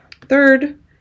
Third